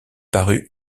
parut